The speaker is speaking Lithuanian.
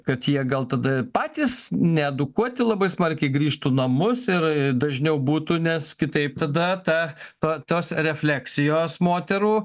kad jie gal tada patys needukuoti labai smarkiai grįžtų namus ir dažniau būtų nes kitaip tada ta ta tas refleksijos moterų